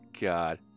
God